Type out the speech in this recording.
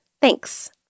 Thanks